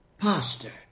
Pastor